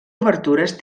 obertures